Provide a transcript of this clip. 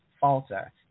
falter